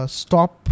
stop